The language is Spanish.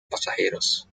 pasajeros